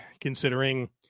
considering